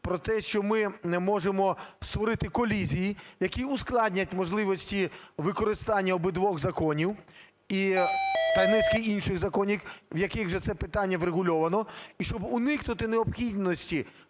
про те, що ми можемо створити колізії, які ускладнять можливості використання обидвох законів та низки інших законів, в яких вже це питання врегульовано. І щоб уникнути необхідності